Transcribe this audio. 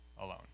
alone